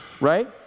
Right